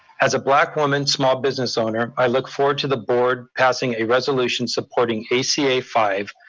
as a black woman, small business owner, i look forward to the board passing a resolution supporting a c a five,